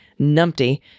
numpty